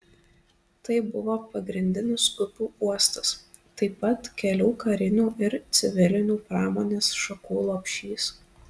tai buvo pagrindinis upių uostas taip pat kelių karinių ir civilinių pramonės šakų lopšys